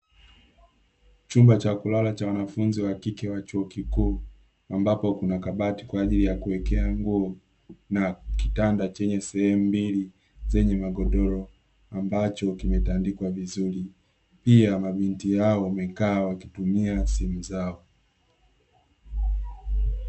Chumba cha kulala cha wanafunzi wa kike wa chuo kikuu, ambapo kuna kabati kwa ajili ya kuwekea nguo na kitanda, chenye sehemu mbili zenye magodoro, ambacho kimetandikwa vizuri. Pia mabinti hao wamekaa wakitumia simu zao.